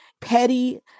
petty